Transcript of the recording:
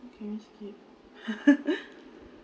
can we skip